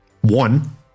one